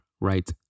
right